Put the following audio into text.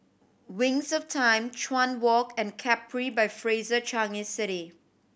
Wings of Time Chuan Walk and Capri by Fraser Changi City